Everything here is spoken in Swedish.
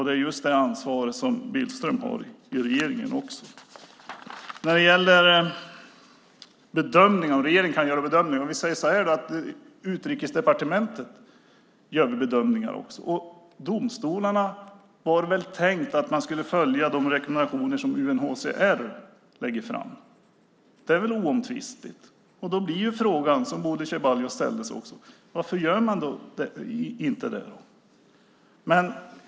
Det är just det ansvar som Billström också har i regeringen. Frågan gäller om regeringen kan göra bedömningar. Utrikesdepartementet gör också bedömningar. Det var tänkt att domstolarna skulle följa de rekommendationer som UNHCR lägger fram. Det är väl oomtvistligt. Då blir frågan, som Bodil Ceballos också ställde: Varför gör man då inte det?